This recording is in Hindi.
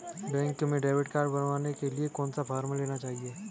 बैंक में डेबिट कार्ड बनवाने के लिए कौन सा फॉर्म लेना है?